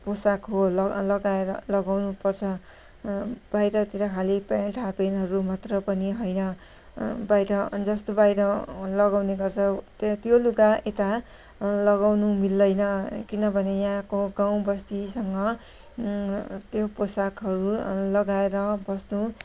पोसाक हो ल लगाएर लगाउनुपर्छ बाहिरतिर खालि पेन्ट हाफपेन्टहरू मात्र पनि होइन बाहिर जस्तो बाहिर लगाउने गर्छ त्यो लुगा यता लगाउनु मिल्दैन किनभने यहाँको गाउँ बस्तीसँग त्यो पोसाकहरू लगाएर बस्नु